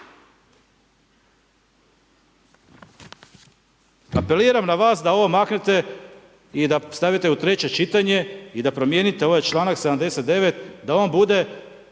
Apeliram na vas da ovom maknete i da stavite u treće čitanje i da promijenite ovaj članak 79., da on bude